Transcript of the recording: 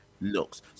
looks